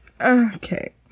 Okay